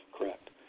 correct